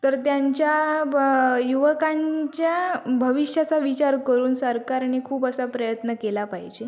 तर त्यांच्या ब युवकांच्या भविष्याचा विचार करून सरकारने खूप असा प्रयत्न केला पाहिजे